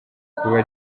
kuba